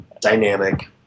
dynamic